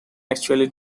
actually